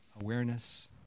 awareness